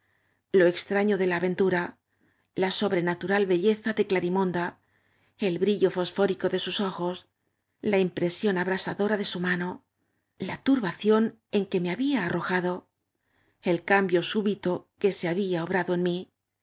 o extraño de la aventura la sobrenatural belleza de clarimonda el brillo fosfórico de sua ojos la impre sión abrasadora de su mano la turbación en que me había arrojado el cambio súbito que se ha bía obrado en m